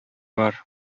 бар